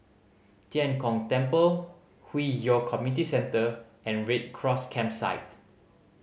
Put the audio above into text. Tian Kong Temple Hwi Yoh Community Centre and Red Cross Campsite